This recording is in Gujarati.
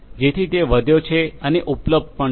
જેથી તે વધ્યો છે અને ઉપલબ્ધ પણ છે